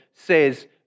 Says